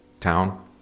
town